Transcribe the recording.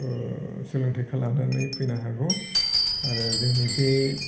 सोलोंथाइखौ लानानै फैनो हागौ आरो जोंनि बे